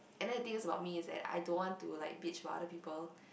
and then the thing about me is that I don't want to bitch about other people